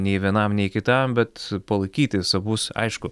nei vienam nei kitam bet palaikyti savus aišku